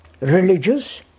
religious